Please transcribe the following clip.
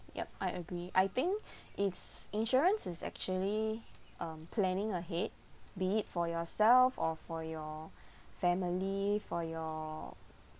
yup I agree I think it's insurance is actually um planning ahead be it for yourself or for your family for your